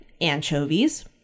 anchovies